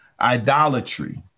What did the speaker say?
idolatry